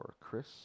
Chris